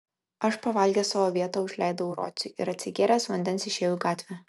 aš pavalgęs savo vietą užleidau rociui ir atsigėręs vandens išėjau į gatvę